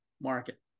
market